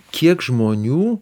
kiek žmonių